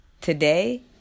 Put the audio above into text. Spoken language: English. Today